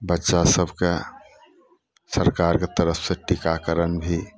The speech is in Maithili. बच्चा सबके सरकारके तरफसँ टीकाकरण भी